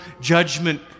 judgment